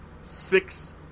six